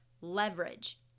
leverage